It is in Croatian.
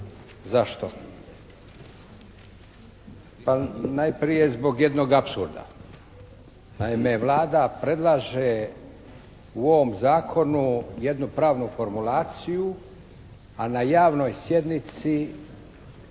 Zašto? Pa najprije zbog jednog apsurda. Naime, Vlada predlaže u ovom zakonu jednu pravnu formulaciju, a na javnoj sjednici